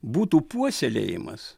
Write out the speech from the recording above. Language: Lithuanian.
būtų puoselėjimas